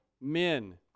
men